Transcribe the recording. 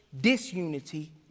disunity